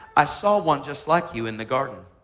i saw one just like you in the garden.